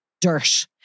dirt